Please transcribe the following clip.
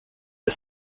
the